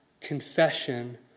confession